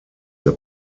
der